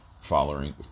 following